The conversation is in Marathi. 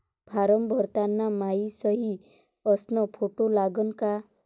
फारम भरताना मायी सयी अस फोटो लागन का?